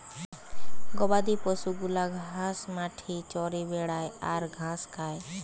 গবাদি পশু গুলা ঘাস মাঠে চরে বেড়ায় আর ঘাস খায়